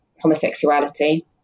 homosexuality